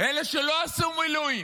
אלה שלא עשו מילואים.